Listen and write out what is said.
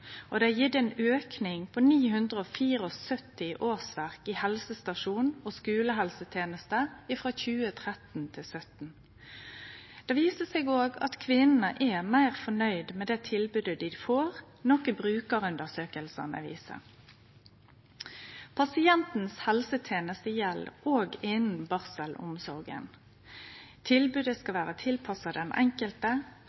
barna. Det har gjeve ein auke på 974 årsverk i helsestasjons- og skulehelsetenesta frå 2013 til 2017. Det viser seg også at kvinnene er meir fornøgde med det tilbodet dei får, noko brukarundersøkingane viser. Pasientens helseteneste gjeld også innan barselomsorga. Tilbodet skal